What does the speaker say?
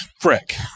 Frick